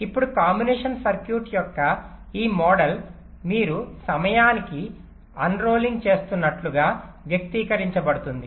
ఇప్పుడు combination circuit యొక్క ఈ మోడల్ మీరు సమయానికి అన్రోల్ చేస్తున్నట్లుగా వ్యక్తీకరించబడుతుంది